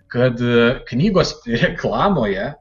kad knygos reklamoje